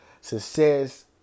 Success